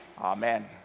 Amen